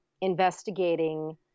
investigating